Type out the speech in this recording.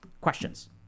Questions